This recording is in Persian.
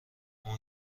اون